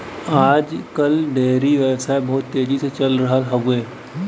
आज कल डेयरी व्यवसाय बहुत तेजी से चल रहल हौवे